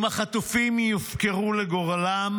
אם החטופים יופקרו לגורלם,